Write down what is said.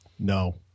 No